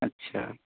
اچھا